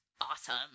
awesome